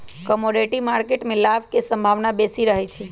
commodity market में लाभ के संभावना बेशी रहइ छै